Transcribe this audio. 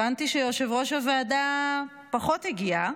הבנתי שיושב-ראש הוועדה פחות הגיע,